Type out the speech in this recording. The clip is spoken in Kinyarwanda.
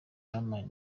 freeman